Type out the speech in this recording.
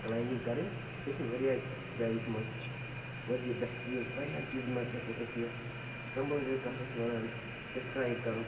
climbing کَرٕنۍ بیٚیہِ چھِ مےٚ واریاہ جایہِ وُچھمَژ مگر یہِ بہٕ ہیٚکہٕ یہِ واریاہَن چیٖزَن منٛز ہیٚکو أسۍ یہِ سَمبھٲلِتھ کانٛہہ کٲنٛسہِ چھِ وَنان ڈِسکرٛایِب کَرُن